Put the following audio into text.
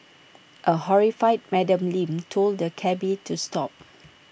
A horrified Madam Lin told the cabby to stop